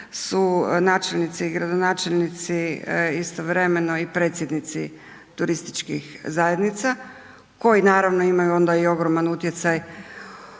su načelnici i gradonačelnici istovremeno i predsjednici turističkih zajednica koji naravno imaju onda i ogroman utjecaj